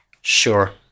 Sure